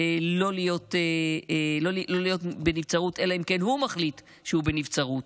לא להיות בנבצרות אלא אם כן הוא מחליט שהוא בנבצרות.